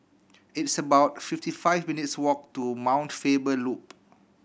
it's about fifty five minutes' walk to Mount Faber Loop